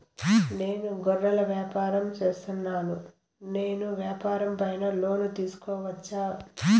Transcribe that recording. నేను గొర్రెలు వ్యాపారం సేస్తున్నాను, నేను వ్యాపారం పైన లోను తీసుకోవచ్చా?